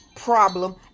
problem